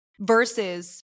versus